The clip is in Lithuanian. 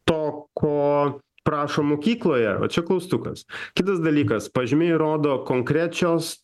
to ko prašo mokykloje va čia klaustukas kitas dalykas pažymiai rodo konkrečios